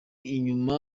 inyuma